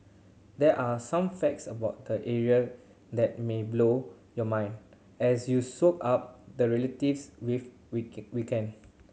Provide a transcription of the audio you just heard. there are some facts about the area that may blow your mind as you soak up the relatives with weekend